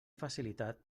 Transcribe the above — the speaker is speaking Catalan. facilitat